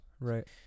right